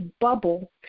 bubble